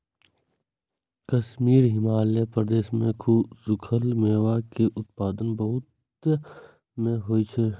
कश्मीर, हिमाचल प्रदेश मे सूखल मेवा के उत्पादन बहुतायत मे होइ छै